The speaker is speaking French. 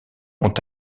ont